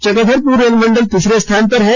Chakradharpur rail मंडल तीसरे स्थान पर है